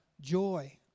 joy